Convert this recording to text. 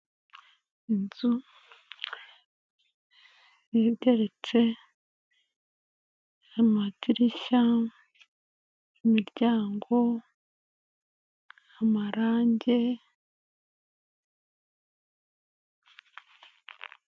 Inzu igeretse, amadirishya, imiryango, amarange.